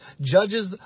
judges